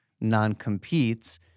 non-competes